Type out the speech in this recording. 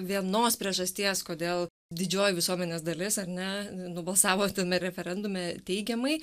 vienos priežasties kodėl didžioji visuomenės dalis ar ne nubalsavo tame referendume teigiamai